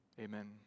amen